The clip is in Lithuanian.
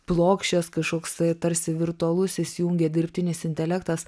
plokščias kažkoks tarsi virtualusis įsijungia dirbtinis intelektas